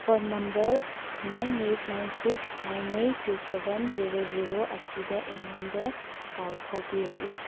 phone number nine eight nine six nine eight two seven zero zero ꯑꯁꯤꯗ ꯑꯩꯉꯣꯟꯗ ꯄꯥꯎ ꯐꯥꯎꯕꯤꯔꯛꯎ